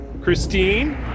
Christine